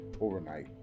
overnight